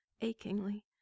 achingly